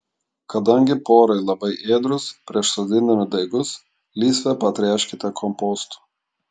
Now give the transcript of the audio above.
kadangi porai labai ėdrūs prieš sodindami daigus lysvę patręškite kompostu